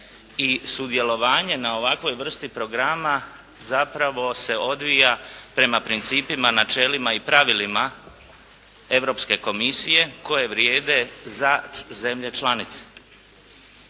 i sudjelovanje na ovakvoj vrsti programa zapravo se odvija prema principima, načelima i pravilima Europske komisije koje vrijede za zemlje članice.